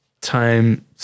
Time